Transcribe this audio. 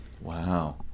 wow